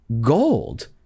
gold